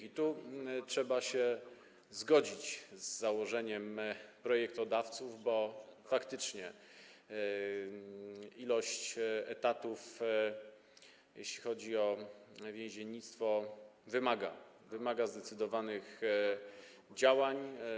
I tu trzeba się zgodzić z założeniami projektodawców, bo faktycznie ilość etatów, jeśli chodzi o więziennictwo, wymaga zdecydowanych działań.